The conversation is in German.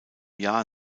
jahr